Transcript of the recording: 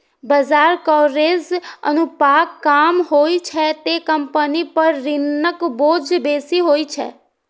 ब्याज कवरेज अनुपात कम होइ छै, ते कंपनी पर ऋणक बोझ बेसी होइ छै